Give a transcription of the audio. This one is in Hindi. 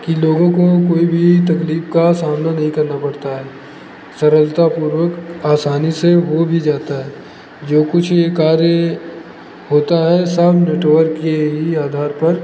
कि लोगों को कोई भी तकलीफ का सामना नहीं करना पड़ता है सरलतापूर्वक आसानी से हो भी जाता है जो कुछ कार्य होता है सब नेटवर्क के ही आधार पर